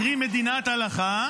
קרי מדינת הלכה,